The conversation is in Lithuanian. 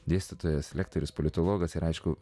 dėstytojas lektorius politologas ir aišku